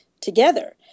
together